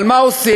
אבל מה עושים?